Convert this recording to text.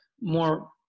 more